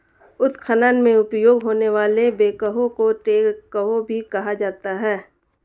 उत्खनन में उपयोग होने वाले बैकहो को ट्रैकहो भी कहा जाता है